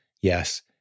Yes